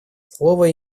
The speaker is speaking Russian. слово